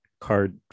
card